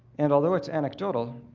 and although it's anecdotal,